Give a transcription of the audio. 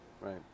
Right